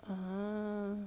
ah